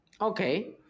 Okay